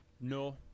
No